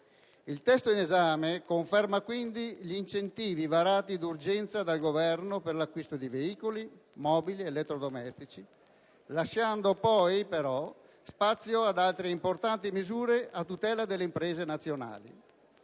Il testo in esame conferma quindi gli incentivi varati d'urgenza dal Governo per l'acquisto di veicoli, mobili ed elettrodomestici, lasciando poi però spazio ad altre importanti misure a tutela delle imprese nazionali.